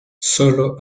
sólo